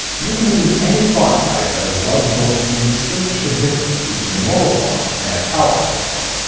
you can use any font type that is legible and can distinguish the difference between normal font and italicised font.